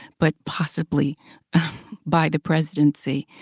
but possibly buy the presidency,